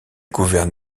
gouverne